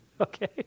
okay